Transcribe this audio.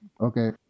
Okay